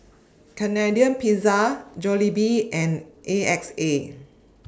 Canadian Pizza Jollibee and A X A